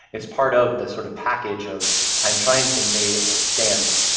it's part of the sort of package of i'm trying to convey a stance,